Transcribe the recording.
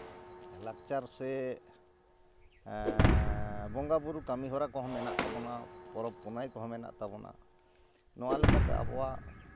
ᱞᱟᱠᱪᱟᱨ ᱥᱮ ᱵᱚᱸᱜᱟ ᱵᱳᱨᱳ ᱠᱟᱹᱢᱤ ᱦᱚᱨᱟ ᱠᱚᱦᱚᱸ ᱢᱮᱱᱟᱜ ᱛᱟᱵᱚᱱᱟ ᱯᱚᱨᱚᱵᱽᱼᱯᱩᱱᱟᱹᱭ ᱠᱚᱦᱚᱸ ᱢᱮᱱᱟᱜ ᱛᱟᱵᱚᱱᱟ ᱱᱚᱣᱟ ᱞᱮᱠᱟᱛᱮ ᱟᱵᱚᱣᱟᱜ